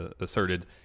asserted